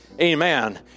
amen